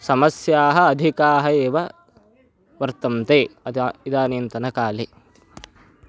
समस्याः अधिकाः एव वर्तन्ते अतः इदानीन्तनकाले